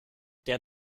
der